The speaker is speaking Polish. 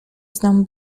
znam